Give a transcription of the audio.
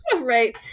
right